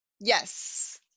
Yes